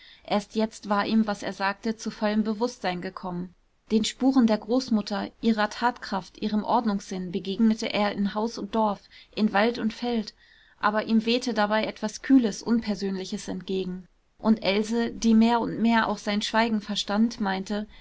erst jetzt war ihm was er sagte zu vollem bewußtsein gekommen den spuren der großmutter ihrer tatkraft ihrem ordnungssinn begegnete er in haus und dorf in wald und feld aber ihm wehte dabei etwas kühles unpersönliches entgegen und else die mehr und mehr auch sein schweigen verstand meinte